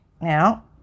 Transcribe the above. now